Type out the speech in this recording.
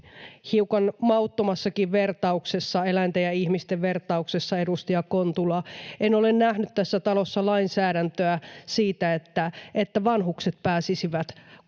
hiukan mauttomaankin eläinten ja ihmisten vertaamiseen, edustaja Kontula: en ole nähnyt tässä talossa lainsäädäntöä siitä, että vanhukset pääsisivät edes